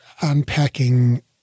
unpacking